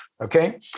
Okay